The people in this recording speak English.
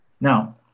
Now